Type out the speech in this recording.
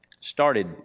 started